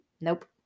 Nope